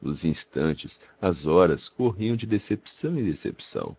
os instantes as horas corriam de decepção em decepção